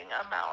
amount